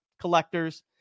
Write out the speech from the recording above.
collectors